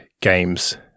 games